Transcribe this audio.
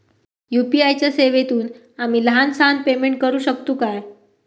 UPI च्या सेवेतून आम्ही लहान सहान पेमेंट करू शकतू काय?